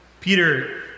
Peter